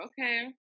Okay